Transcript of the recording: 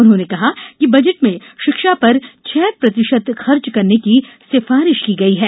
उन्होंने कहा कि बजट में शिक्षा पर छह प्रतिशत खर्च करने की सिफारिश की गई है